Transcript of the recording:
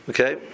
Okay